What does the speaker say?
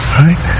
right